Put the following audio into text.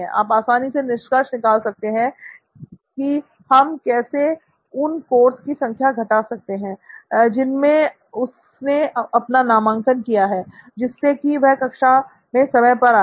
आप आसानी से निष्कर्ष निकाल सकते हैं कि हम कैसे उन कोर्स की संख्या घटा सकते हैं जिनमें उसने अपना नामांकन किया है जिससे कि वह कक्षा में समय पर आएं